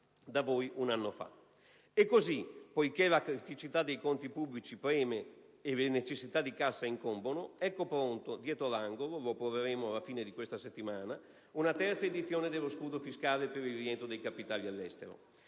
Così, poiché la criticità dei conti pubblici preme e le necessità di cassa incombono, ecco pronta dietro l'angolo - la approveremo alla fine di questa settimana - una terza edizione dello scudo fiscale per il rientro dei capitali all'estero.